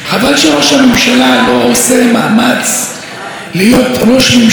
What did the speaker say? הוא מסתפק בלהיות ראש הממשלה של היהודים בלבד.